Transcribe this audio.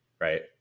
right